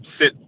sit